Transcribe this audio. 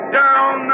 down